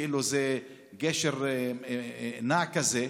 כאילו זה גשר נע כזה.